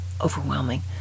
overwhelming